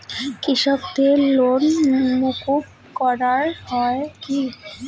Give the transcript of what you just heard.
কৃষকদের লোন মুকুব করা হয় কি?